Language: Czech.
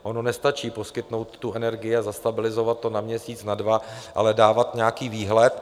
Ono nestačí poskytnout tu energii a zastabilizovat to na měsíc, na dva, ale dávat nějaký výhled.